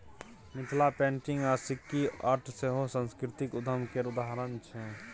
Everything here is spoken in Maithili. मिथिला पेंटिंग आ सिक्की आर्ट सेहो सास्कृतिक उद्यम केर उदाहरण छै